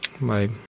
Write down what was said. Bye